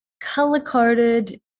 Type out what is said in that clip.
color-coded